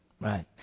Right